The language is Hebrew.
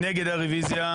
בושה.